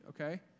Okay